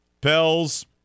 Pels